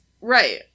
Right